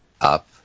up